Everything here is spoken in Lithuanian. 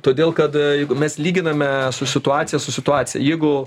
todėl kad jeigu mes lyginame su situacija su situacija jeigu